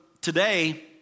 today